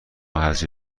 حذفی